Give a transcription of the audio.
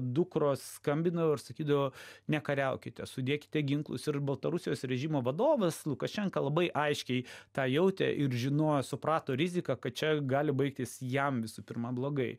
dukros skambindavo ir sakydavo nekariaukite sudėkite ginklus ir baltarusijos režimo vadovas lukašenka labai aiškiai tą jautė ir žinojo suprato riziką kad čia gali baigtis jam visų pirma blogai